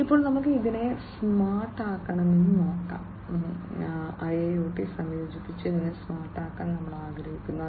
ഇപ്പോൾ നമുക്ക് ഇതിനെ സ്മാർട്ടാക്കണമെന്ന് നോക്കാം IIoT സംയോജിപ്പിച്ച് അതിനെ സ്മാർട്ടാക്കാൻ ഞങ്ങൾ ആഗ്രഹിക്കുന്നു